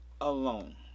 alone